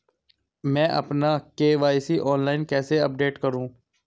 मैं अपना KYC online कैसे अपडेट करूँ?